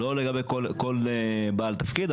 לא לגבי כל בעל תפקיד,